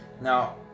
Now